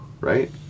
Right